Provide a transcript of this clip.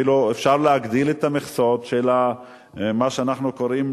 אפילו אפשר להגדיל את המכסות של מה שאנחנו קוראים